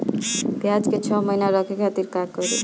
प्याज के छह महीना रखे खातिर का करी?